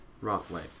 roughly